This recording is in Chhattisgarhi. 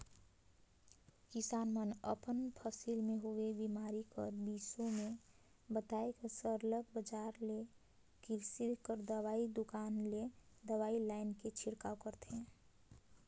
किसान मन अपन फसिल में होवल बेमारी कर बिसे में बताए के सरलग बजार ले किरसी कर दवई दोकान ले दवई लाएन के छिड़काव करथे